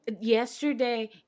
Yesterday